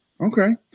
Okay